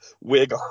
wig